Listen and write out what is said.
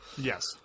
Yes